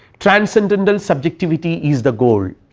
transcendental subjectivity is the goal,